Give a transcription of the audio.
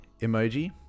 emoji